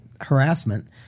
harassment